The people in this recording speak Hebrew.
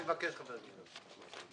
מי בעד אישור הפניות?